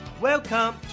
Welcome